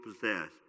possess